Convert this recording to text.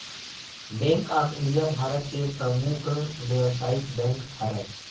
bank of India भारत के परमुख बेवसायिक बेंक हरय